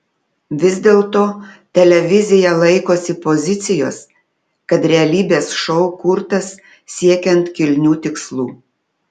vis dėlto televizija laikosi pozicijos kad realybės šou kurtas siekiant kilnių tikslų